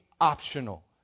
optional